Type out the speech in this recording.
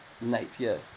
Napier